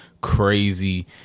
crazy